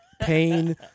pain